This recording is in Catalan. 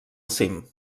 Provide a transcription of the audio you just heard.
cim